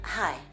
Hi